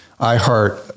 iHeart